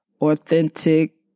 authentic